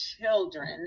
children